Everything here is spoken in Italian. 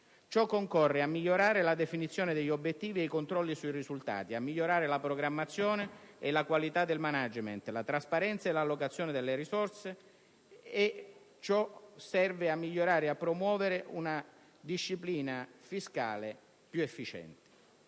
Ciò concorre a migliorare la definizione degli obiettivi e i controlli sui risultati, a migliorare la programmazione e la qualità del *management*, la trasparenza e l'allocazione delle risorse, nonché a promuovere una disciplina fiscale più efficiente.